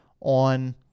on